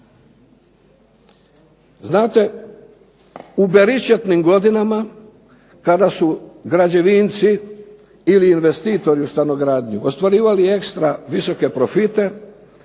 Znate, u beričetnim godinama kada su građevinci ili investitori u stanogradnji ostvarivali ekstra visoke profite